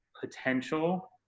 potential